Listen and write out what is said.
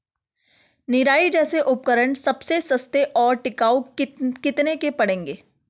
निराई जैसे उपकरण सबसे सस्ते और टिकाऊ कितने के पड़ेंगे?